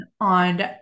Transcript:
on